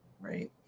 Right